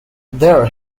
there